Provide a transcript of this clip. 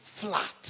flat